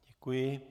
Děkuji.